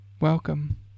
welcome